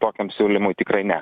tokiam siūlymui tikrai ne